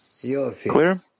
Clear